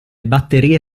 batterie